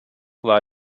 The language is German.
war